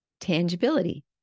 Tangibility